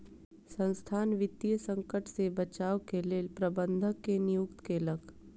संसथान वित्तीय संकट से बचाव के लेल प्रबंधक के नियुक्ति केलक